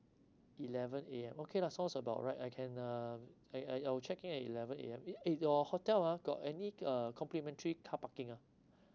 eleven A_M okay lah sounds about right I can uh I I I'll check in at eleven A_M is is your hotel ah got any uh complimentary car parking ah